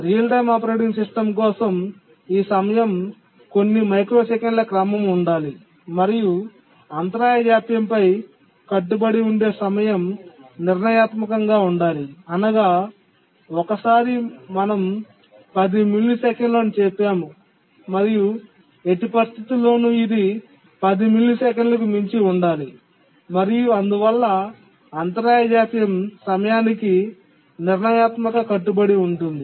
real time operating system కోసం ఈ సమయం కొన్ని మైక్రోసెకన్ల క్రమం ఉండాలి మరియు అంతరాయ జాప్యంపై కట్టుబడి ఉండే సమయం నిర్ణయాత్మకంగా ఉండాలి అనగా ఒకసారి మేము 10 మిల్లీసెకన్లు అని చెప్పాము మరియు ఎట్టి పరిస్థితుల్లోనూ ఇది 10 మిల్లీసెకన్లకు మించి ఉండాలి మరియు అందువల్ల అంతరాయ జాప్యం సమయానికి నిర్ణయాత్మక కట్టుబడి ఉంటుంది